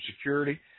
security